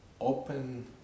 open